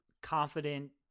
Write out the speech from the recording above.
confident